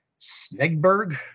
Snegberg